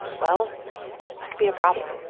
well, that could be a problem